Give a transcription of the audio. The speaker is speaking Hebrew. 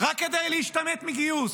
רק כדי להשתמט מגיוס,